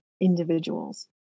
individuals